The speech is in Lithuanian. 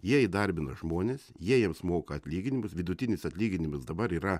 jie įdarbina žmones jie jiems moka atlyginimus vidutinis atlyginimas dabar yra